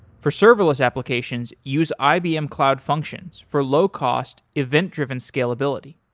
for server less applications, use ibm cloud functions for low cost, event driven scalability.